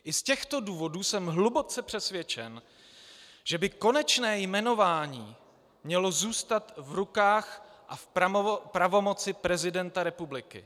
I z těchto důvodů jsem hluboce přesvědčen, že by konečně jmenování mělo zůstat v rukách a v pravomoci prezidenta republiky.